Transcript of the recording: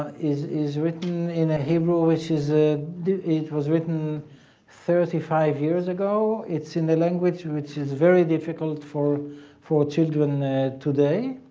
is is written in ah hebrew which is, ah it was written thirty five years ago. it's in a language which is very difficult for for children today